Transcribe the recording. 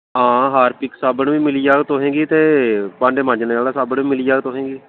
हां हार्पिक्स साबन बी मिली जाह्ग तुसेंगी ते भांडे मांझने आह्ला साबन बी मिली जाह्ग तुसेंगी